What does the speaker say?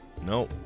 No